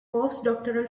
postdoctoral